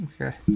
Okay